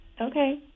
Okay